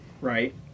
right